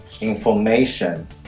information